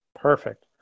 perfect